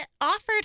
offered